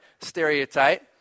stereotype